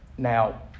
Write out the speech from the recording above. Now